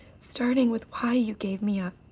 starting with why you gave me up.